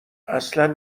اصلا